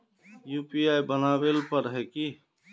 UPI बनावेल पर है की?